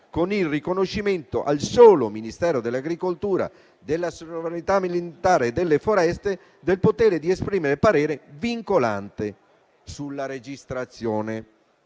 con il riconoscimento al solo Ministero dell'agricoltura, della sovranità alimentare e delle foreste del potere di esprimere parere vincolante sulla registrazione